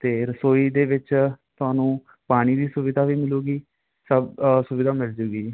ਅਤੇ ਰਸੋਈ ਦੇ ਵਿੱਚ ਤੁਹਾਨੂੰ ਪਾਣੀ ਦੀ ਸੁਵਿਧਾ ਵੀ ਮਿਲੂਗੀ ਸਭ ਸੁਵਿਧਾ ਮਿਲਜੂਗੀ